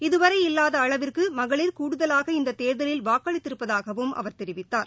இதுவரை இல்லாத அளவிற்கு மகளிர் கூடுதலாக இந்த தேர்தலில் வாக்களித்திருப்பதாகவும் அவர் தெரிவித்தார்